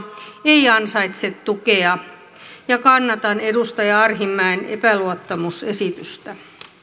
ei ansaitse tukea ja kannatan edustaja arhinmäen epäluottamusesitystä